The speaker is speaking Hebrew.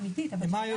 איך מפעילים אותו.